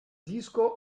disco